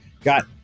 got